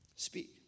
speak